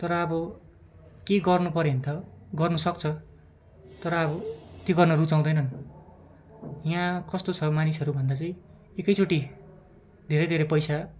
तर अब के गर्नु पऱ्यो भने त गर्नुसक्छ तर अब त्यो गर्न रुचाउँदैनन् यहाँ कस्तो छ मानिसहरू भन्दाखेरि एकैचोटि धेरै धेरै पैसा